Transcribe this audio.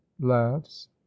laughs